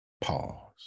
pause